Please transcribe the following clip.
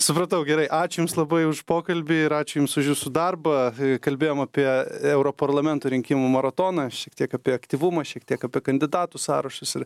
supratau gerai ačiū jums labai už pokalbį ir ačiū jums už jūsų darbą kalbėjom apie europarlamento rinkimų maratoną šiek tiek apie aktyvumą šiek tiek apie kandidatų sąrašus ir